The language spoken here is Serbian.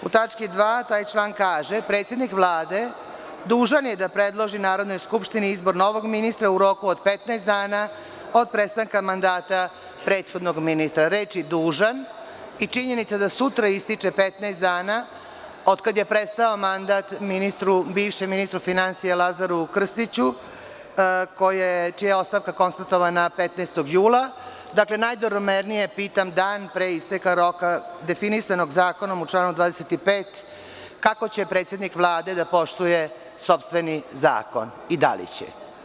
U tački 2. taj član kaže: „Predsednik Vlade dužan je da predloži Narodnoj skupštini izbor novog ministra u roku od 15 dana od prestanka mandata prethodnog ministra“, reči: „dužan“ i činjenica da sutra ističe 15 dana otkad je prestao mandat bivšem ministru finansija Lazaru Krstiću, čija je ostavka konstatovana 15. jula, dakle, najdobronamernije pitam, dan pre isteka roka definisanog Zakonom u članu 25, kako će predsednik Vlade da poštuje sopstveni zakon i da li će?